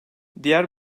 diğer